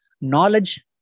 Knowledge